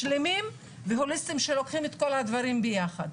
שלמים והוליסיטים שלוקחים את כל הדברים ביחד.